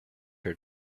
her